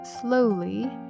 slowly